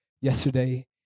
yesterday